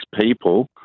people